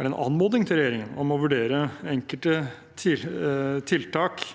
en anmodning til regjeringen om å vurdere enkelte tiltak